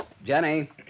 Jenny